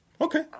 Okay